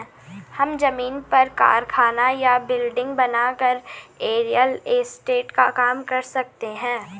हम जमीन पर कारखाना या बिल्डिंग बनाकर रियल एस्टेट का काम कर सकते है